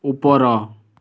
ଉପର